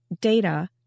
data